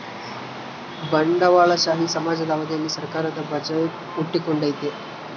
ಬಂಡವಾಳಶಾಹಿ ಸಮಾಜದ ಅವಧಿಯಲ್ಲಿ ಸರ್ಕಾರದ ಬಜೆಟ್ ಹುಟ್ಟಿಕೊಂಡೈತೆ